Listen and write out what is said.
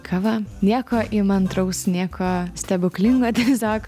kava nieko įmantraus nieko stebuklingo tiesiog